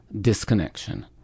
disconnection